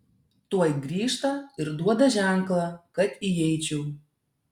tuoj grįžta ir duoda ženklą kad įeičiau